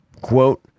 quote